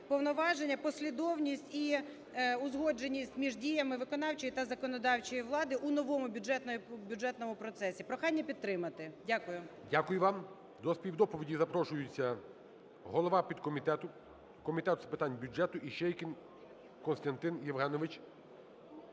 повноваження, послідовність і узгодженість між діями виконавчої та законодавчої влади у новому бюджетному процесі. Прохання підтримати. Дякую. ГОЛОВУЮЧИЙ. Дякую вам. До співдоповіді запрошується голова підкомітету Комітету з питань бюджету Іщейкін Костянтин Євгенович.